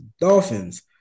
Dolphins